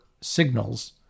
signals